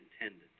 intended